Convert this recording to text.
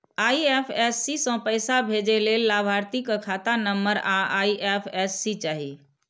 IFSC सं पैसा भेजै लेल लाभार्थी के खाता नंबर आ आई.एफ.एस.सी चाही